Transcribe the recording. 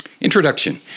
introduction